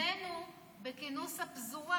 התנינו בכינוס הפזורה.